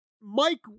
Mike